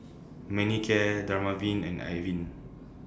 Manicare Dermaveen and Avene